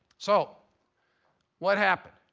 so what happened?